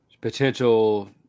potential